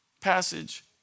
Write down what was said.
passage